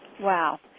Wow